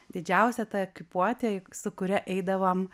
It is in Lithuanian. didžiausia ta ekipuotė su kuria eidavom